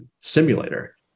simulator